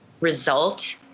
result